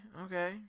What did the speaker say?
okay